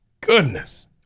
goodness